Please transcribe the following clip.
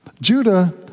Judah